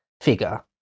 figure